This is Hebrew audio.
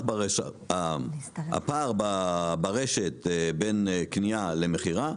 הפער ברשת בין קנייה למכירה,